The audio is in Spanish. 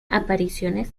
apariciones